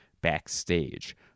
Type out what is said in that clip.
backstage